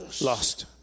lost